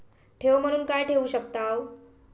ठेव म्हणून काय ठेवू शकताव?